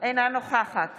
אינה נוכחת